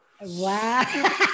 Wow